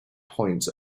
points